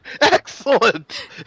Excellent